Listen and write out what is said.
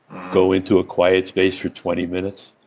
go into a quiet space for twenty minutes.